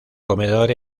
comedor